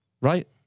right